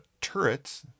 turrets